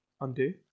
undo